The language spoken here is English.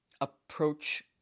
approach